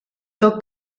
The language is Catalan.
tot